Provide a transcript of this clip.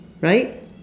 right